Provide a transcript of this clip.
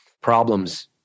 problems